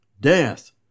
Death